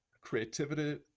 creativity